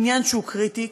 עניין שהוא קריטי,